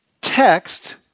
text